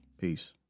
Peace